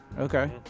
Okay